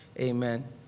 Amen